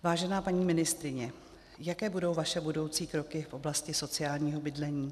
Vážená paní ministryně, jaké budou vaše budoucí kroky v oblasti sociálního bydlení?